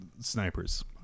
snipers